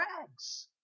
rags